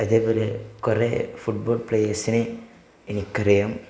അതേപോലെ കുറേ ഫുട്ബോൾ പ്ലെയേഴ്സിനെ എനിക്കറിയാം